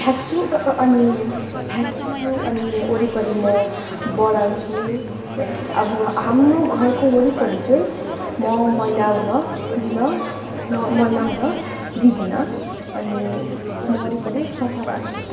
फ्याँक्छु अ अ अनि फ्याँक्छु अनि वरिपरि म बढार्छु लाइक अब हाम्रो घरको वरिपरि चाहिँ म मैला हुन दिन म मैला हुन दिँदिन अनि म वरिपरि सफा राख्छु